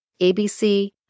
ABC